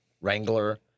wrangler